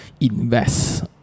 invest